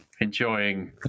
enjoying